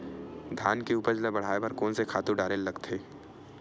धान के उपज ल बढ़ाये बर कोन से खातु डारेल लगथे?